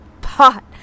Pot